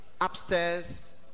upstairs